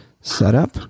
setup